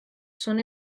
són